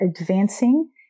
advancing